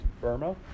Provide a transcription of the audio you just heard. Burma